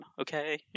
okay